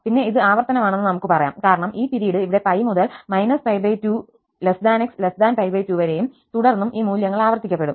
പിന്നെ ഇത് ആവർത്തനമാണെന്ന് നമുക്ക് പറയാം കാരണം ഈ പിരീഡ് ഇവിടെ π മുതൽ 2x 2വരെയും തുടർന്നും ഈ മൂല്യങ്ങൾ ആവർത്തിക്കപ്പെടും